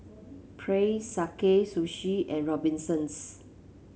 Praise Sakae Sushi and Robinsons